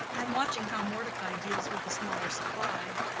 and watching how mordecai deals with a smaller supply.